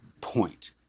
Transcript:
point